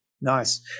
Nice